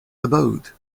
abode